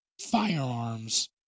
firearms